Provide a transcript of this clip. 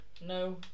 no